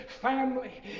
family